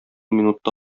минутта